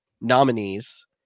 nominees